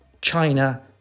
China